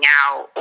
out